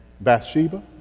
Bathsheba